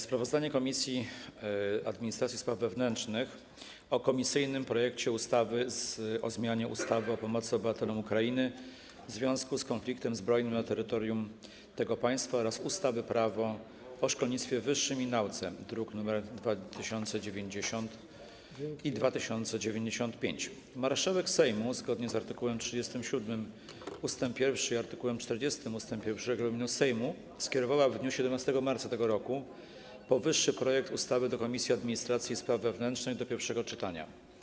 Sprawozdanie Komisji Administracji i Spraw Wewnętrznych o komisyjnym projekcie ustawy o zmianie ustawy o pomocy obywatelom Ukrainy w związku z konfliktem zbrojnym na terytorium tego państwa oraz ustawy - Prawo o szkolnictwie wyższym i nauce, druki nr 2090 i 2095. Marszałek Sejmu, zgodnie z art. 37 ust. 1 i art. 40 ust. 1 regulaminu Sejmu, skierowała w dniu 17 marca tego roku powyższy projekt ustawy do Komisji Administracji i Spraw Wewnętrznych do pierwszego czytania.